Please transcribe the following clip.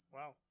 Wow